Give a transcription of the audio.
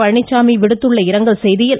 பழனிச்சாமி விடுத்துள்ள இரங்கல் செய்தியில் க